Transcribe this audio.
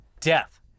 death